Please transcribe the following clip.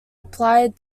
applied